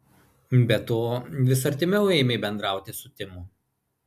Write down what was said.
be to vis artimiau ėmė bendrauti su timu